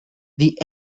the